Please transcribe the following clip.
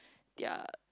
their